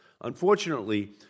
Unfortunately